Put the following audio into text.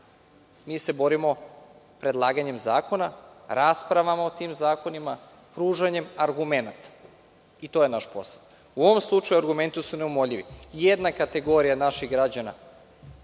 Mi se borimo predlaganjem zakona, raspravama o tim zakonima, pružanjem argumenata i to je naš posao. U ovom slučaju, argumenti su neumoljivi. Jedna kategorija naših građana